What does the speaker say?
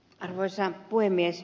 arvoisa puhemies